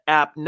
app